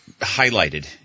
highlighted